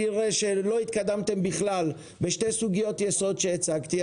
אראה שלא התקדמתם בכלל בשתי סוגיות יסוד שהצגתי,